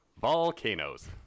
volcanoes